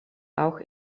auch